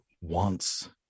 wants